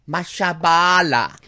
Mashabala